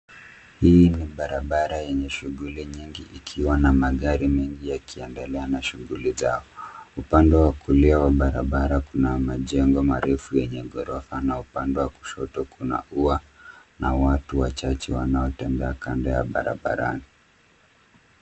Hii ni barabara yenye shughuli nyingi ikiwa na magari mengi yakiendelea na shughuli zao. Upande wa kulia wa barabara kuna majengo marefu yenye ghorofa na upande wa kushoto kuna ua na watu wachache wanaotembea kando ya barabarani.